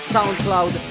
SoundCloud